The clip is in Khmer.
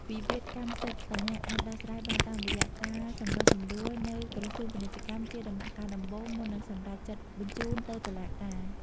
វិវាទកម្មសិទ្ធិបញ្ញាអាចដោះស្រាយបានតាមរយៈការសម្រុះសម្រួលនៅក្រសួងពាណិជ្ជកម្ម ជាដំណាក់កាលដំបូង មុននឹងសម្រេចចិត្តបញ្ជូនទៅតុលាការ។